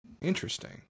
Interesting